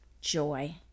joy